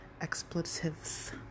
expletives